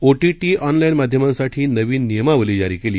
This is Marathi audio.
ओटीटी ऑनलाईन माध्यमांसाठी नवीन नियमावली जारी केली